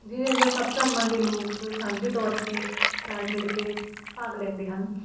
ਜਿਹਦੇ ਅੰਦਰ ਸਭ ਧਰਮਾਂ ਦੇ ਲੋਕ ਸਾਂਝੇ ਤੌਰ 'ਤੇ ਰਲ ਮਿਲ ਕੇ ਭਾਗ ਲੈਂਦੇ ਹਨ